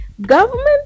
government